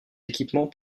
équipements